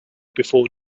before